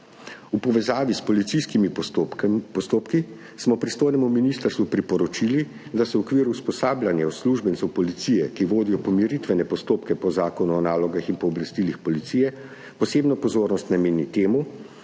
V povezavi s policijskimi postopki smo pristojnemu ministrstvu priporočili, da se v okviru usposabljanja uslužbencev policije, ki vodijo pomiritvene postopke po Zakonu o nalogah in pooblastilih policije, posebna pozornost nameni temu,